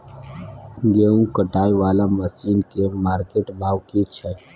गेहूं कटाई वाला मसीन के मार्केट भाव की छै?